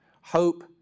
Hope